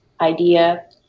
idea